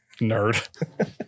nerd